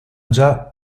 già